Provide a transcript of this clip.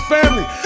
family